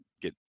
get